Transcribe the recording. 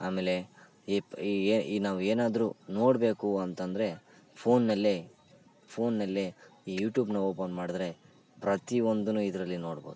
ಆಮೇಲೆ ಇಪ್ ನಾವು ಏನಾದ್ರೂ ನೋಡಬೇಕು ಅಂತಂದರೆ ಫೋನ್ನಲ್ಲೇ ಫೋನ್ನಲ್ಲೇ ಈ ಯುಟ್ಯೂಬನ್ನ ಓಪನ್ ಮಾಡಿದ್ರೆ ಪ್ರತಿಯೊಂದೂ ಇದರಲ್ಲಿ ನೋಡ್ಬೋದು